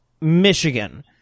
Michigan